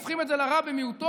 הופכים את זה לרע במיעוטו,